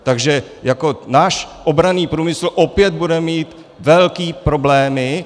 Takže náš obranný průmyslu opět bude mít velké problémy.